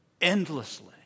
endlessly